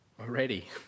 already